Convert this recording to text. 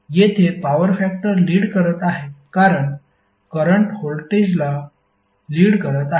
येथे power factor lead करत आहे कारण करंट व्होल्टेजला लीड करत आहे